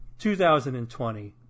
2020